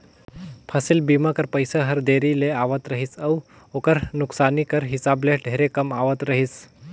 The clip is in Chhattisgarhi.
फसिल बीमा कर पइसा हर देरी ले आवत रहिस अउ ओकर नोसकानी कर हिसाब ले ढेरे कम आवत रहिस